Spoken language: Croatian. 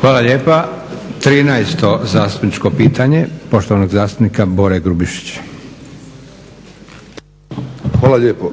Hvala lijepa. 13. zastupničko pitanje, poštovanog zastupnika Bore Grubišića. **Grubišić, Boro (HDSSB)** Hvala lijepo.